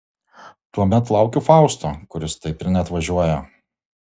tuomet laukiu fausto kuris taip ir neatvažiuoja